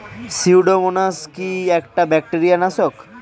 Pseudomonas কি একটা bacteria নাশক?